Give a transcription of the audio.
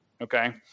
okay